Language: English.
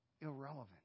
irrelevant